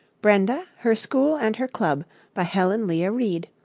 brenda, her school and her club by helen leah reed